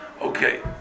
Okay